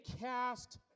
cast